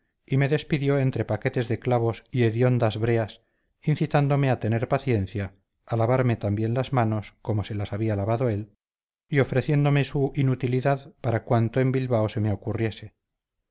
y me despidió entre paquetes de clavos y hediondas breas incitándome a tener paciencia a lavarme también las manos como se las había lavado él y ofreciéndome su inutilidad para cuanto en bilbao se me ocurriese